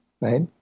right